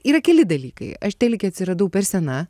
yra keli dalykai aš telike atsiradau per sena